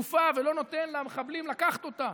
גופה ולא נותן למחבלים לקחת אותה,